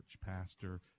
pastor